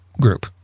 group